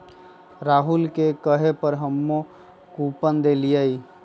राहुल के कहे पर हम्मे कूपन देलीयी